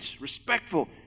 respectful